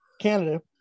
Canada